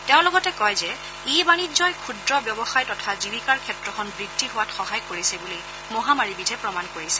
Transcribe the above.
তেওঁ লগতে কয় যে ই বাণিজ্যই ক্ষুদ্ৰ ব্যৱসায় তথা জীৱিকাৰ ক্ষেত্ৰখন বৃদ্ধি হোৱাত সহায় কৰিছে বুলি মহামাৰীবিধে প্ৰমাণ কৰিছে